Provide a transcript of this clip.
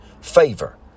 favor